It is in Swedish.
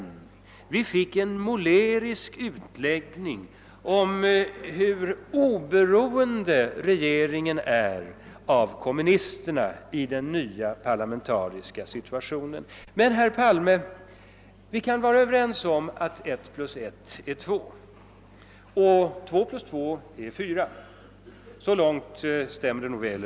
Vi fick i stället en målande utläggning av hur oberoende regeringen är av kommunisterna i den nya parlamentariska situationen. Men, herr Palme, vi kan väl ändå vara överens om att ett plus ett är lika med två och att två plus två är lika med fyra.